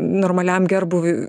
normaliam gerbūviui